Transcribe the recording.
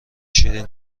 شیرین